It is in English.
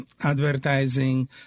advertising